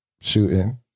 Shooting